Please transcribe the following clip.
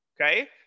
Okay